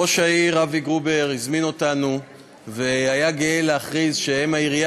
ראש העיר אבי גרובר הזמין אותנו והיה גאה להכריז שהם העירייה